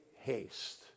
haste